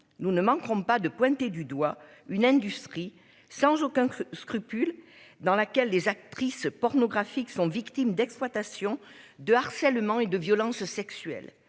nous ne manquerons pas de pointer du doigt une industrie sans aucun scrupule, dans laquelle les actrices pornographiques sont victimes d'exploitation de harcèlement et de violences sexuelles